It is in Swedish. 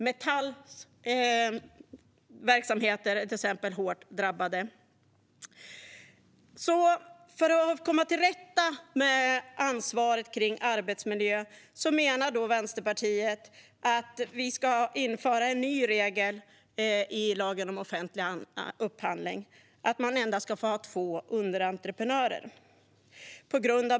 Metalls verksamheter är till exempel hårt drabbade. För att vi ska komma till rätta med ansvaret för arbetsmiljön menar Vänsterpartiet alltså att vi ska införa en ny regel i lagen om offentlig upphandling om att man endast ska få ha två underentreprenörer.